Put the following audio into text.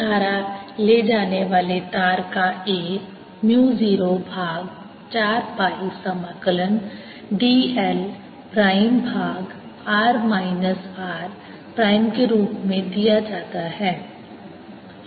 तो धारा ले जाने वाले तार का A म्यु 0 भाग 4 पाई समाकलन dl प्राइम भाग r माइनस r प्राइम के रूप में दिया जाता है